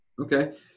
Okay